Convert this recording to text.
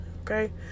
okay